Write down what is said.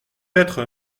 être